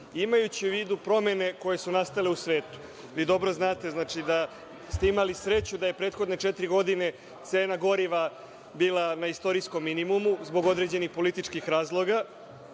imajući u vidu promene koje su nastale u svetu. Dobro znate da ste imali sreću da je prethodne četiri godine cena goriva bila na istorijskom minimumu zbog određenih političkih razloga.